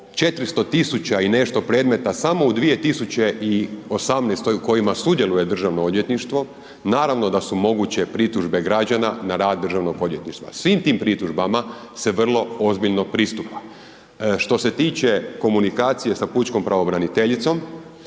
400 000 i nešto predmeta samo u 2018. u kojima sudjeluje Državno odvjetništvo, naravno da su moguće pritužbe građana na rad Državnog odvjetništva. Svim tim pritužbama se vrlo ozbiljno pristupa. Što se tiče komunikacije sa pučkom pravobraniteljicom,